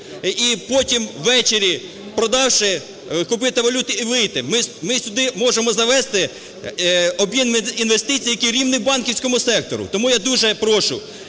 і потім увечері, продавши, купити валюту і вийти. Ми сюди можемо завести об'єм інвестицій, який рівний банківському сектору. Тому я дуже прошу